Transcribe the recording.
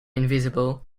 invisible